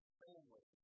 family